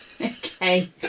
okay